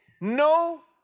No